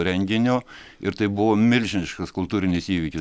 renginio ir tai buvo milžiniškas kultūrinis įvykis